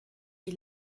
die